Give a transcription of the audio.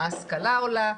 ההשכלה עולה,